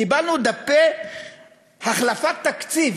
קיבלנו דפי החלפת תקציב,